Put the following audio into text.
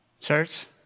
Church